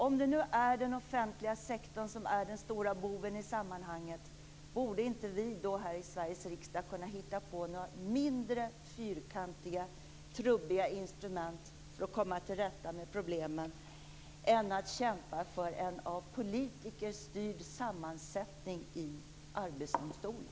Om det nu är den offentliga sektorn som är den stora boven i sammanhanget - borde inte vi då här i Sveriges riksdag kunna hitta på några mindre fyrkantiga och trubbiga instrument för att komma till rätta med problemen än att kämpa för en av politiker styrd sammansättning i Arbetsdomstolen?